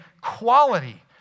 quality